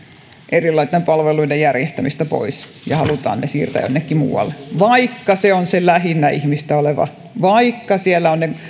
erilaisten palveluiden järjestämistä pois ja halutaan siirtää se jonnekin muualle vaikka se kunta on se lähinnä ihmistä oleva vaikka siellä ovat ne